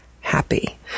happy